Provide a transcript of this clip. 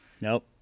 Nope